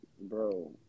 bro